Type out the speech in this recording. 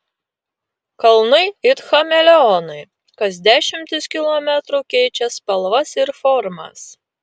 kalnai it chameleonai kas dešimtis kilometrų keičia spalvas ir formas